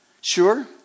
Sure